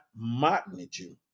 magnitude